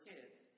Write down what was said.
Kids